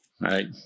Right